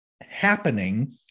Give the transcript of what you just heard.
happening